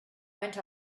went